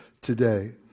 today